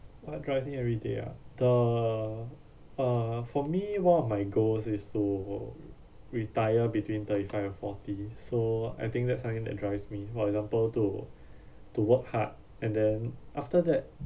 what drives me everyday ah the uh for me one of my goals is to retire between thirty five and forty so I think that's something that drives me for example to to work hard and then after that